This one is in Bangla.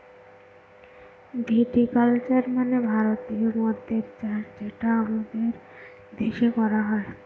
ভিটি কালচার মানে ভারতীয় মদ্যের চাষ যেটা আমাদের দেশে করা হয়